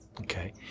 Okay